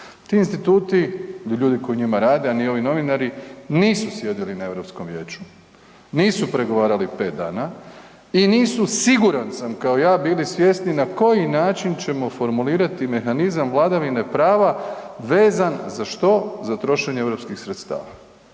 Ti instituti i i ljudi koji u njima rade, a ni ovi novinari, nisu sjedili na EU vijeću. Nisu pregovarali 5 dana i nisu, siguran sam, kao ja, bili svjesni na koji način ćemo formulirati mehanizam vladavine prava vezan, za što, za trošenje europskih sredstava.